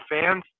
fans